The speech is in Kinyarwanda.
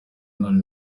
none